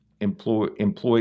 employed